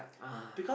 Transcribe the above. ah